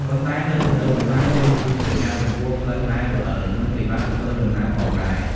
ប៉ុន្តែនៅរដូវវស្សាយើងគួរប្រយ័ត្នចំពោះផ្លូវដែលរអិល និងពិបាកធ្វើដំណើរផងដែរ។